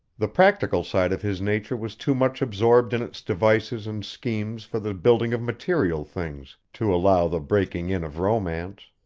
the practical side of his nature was too much absorbed in its devices and schemes for the building of material things to allow the breaking in of romance.